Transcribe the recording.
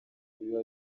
biba